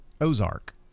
Ozark